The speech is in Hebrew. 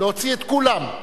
להוציא את כולם.